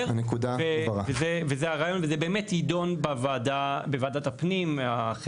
ובאמת החלק הזה יידון בוועדת הפנים.